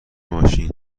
ماشین